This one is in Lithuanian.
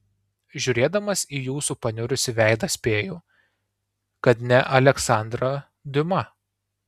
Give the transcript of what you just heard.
žiūrėdamas į jūsų paniurusį veidą spėju kad ne aleksandrą diuma